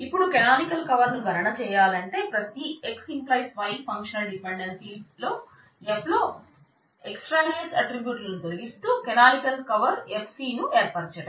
ఇపుడు canonical cover ను గణన చేయాలంటే ప్రతి X → Y functional dependency F లో ఎక్స్ట్రేనియస్ ఆట్రిబ్యూట్లను తొలగిస్తూ కెనోనికల్ కవర్ Fc ను ఏర్పరచడం